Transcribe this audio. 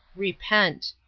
repent!